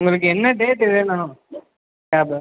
உங்களுக்கு என்ன டேட் வேணும் கேபு